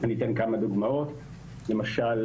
אני אתן כמה דוגמאות: למשל,